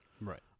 Right